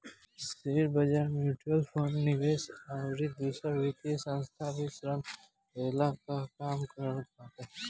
शेयरबाजार, mutual fund, निवेश अउरी दूसर वित्तीय संस्था भी ऋण देहला कअ काम करत बाटे